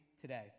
today